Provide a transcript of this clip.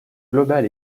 global